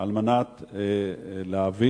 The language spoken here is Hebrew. על מנת להבין